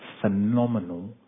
phenomenal